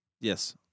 Yes